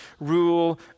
rule